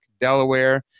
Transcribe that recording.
Delaware